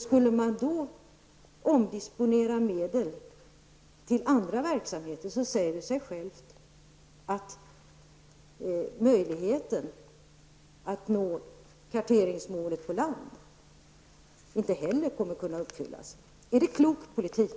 Skulle man då omdisponera medel till andra verksamheter, säger det sig självt att möjligheten att nå karteringsmålet på land inte heller kommer att uppfyllas. Är det klok politik,